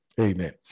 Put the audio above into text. Amen